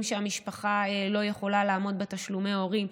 שהמשפחה לא יכולה לעמוד בתשלומי הורים.